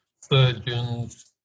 surgeons